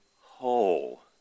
whole